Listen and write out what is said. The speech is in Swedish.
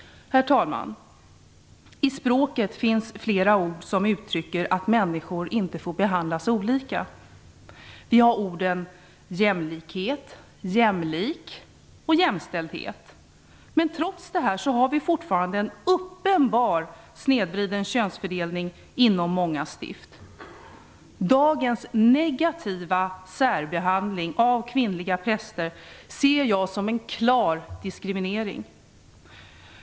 Herr talman! I språket finns flera ord som uttrycker att människor inte får behandlas olika. Vi har orden jämlikhet, jämlik och jämställdhet. Men trots detta har vi fortfarande en uppenbart snedvriden könsfördelning inom många stift. Dagens negativa särbehandling av kvinnliga präster ser jag som en klar diskriminering.